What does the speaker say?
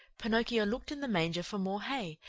pinocchio looked in the manger for more hay,